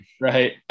Right